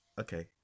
okay